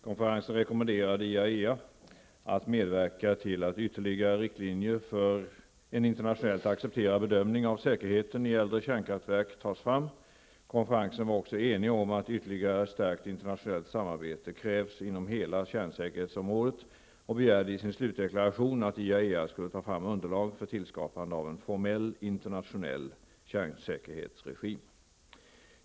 Konferensen rekommenderade IAEA att medverka till att ytterligare riktlinjer för en internationellt accepterad bedömning av säkerheten i äldre kärnkraftverk tas fram. Konferensen var också enig om att ytterligare stärkt internationellt samarbete krävs inom hela kärnsäkerhetsområdet och begärde i sin slutdeklaration att IAEA skall ta fram underlag för tillskapande av en formell internationell kärnsäkerhetsregim.